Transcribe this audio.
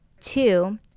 Two